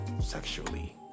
sexually